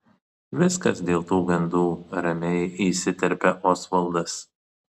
viskas dėl tų gandų ramiai įsiterpia osvaldas